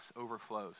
overflows